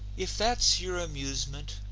if that's your amusement,